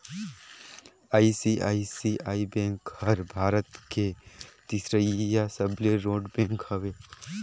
ICICI bank हर भारत के तीसरईया सबले रोट बेंक हवे